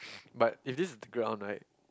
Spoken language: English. but if this is the ground right